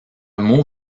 mot